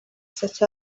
such